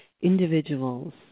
individuals